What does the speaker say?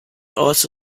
also